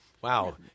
Wow